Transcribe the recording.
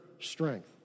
strength